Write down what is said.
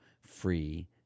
free